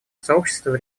сообщество